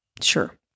sure